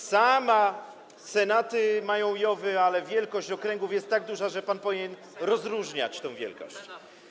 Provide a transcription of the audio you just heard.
Senaty mają JOW-y, ale wielkość okręgów jest tak duża, że pan powinien rozróżniać tę wielkość.